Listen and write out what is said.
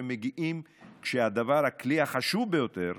הם מגיעים כשהכלי החשוב ביותר,